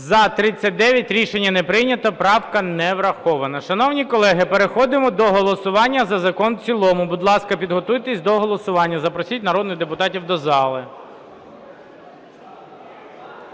За-39 Рішення не прийнято. Правка не врахована. Шановні колеги, переходимо до голосування за закон в цілому. Будь ласка, підготуйтесь до голосування. Запросіть народних депутатів до залу.